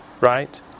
right